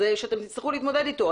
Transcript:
שאתם תצטרכו להתמודד איתו.